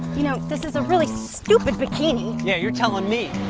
you know, this is a really stupid bikini. yeah, you're telling me.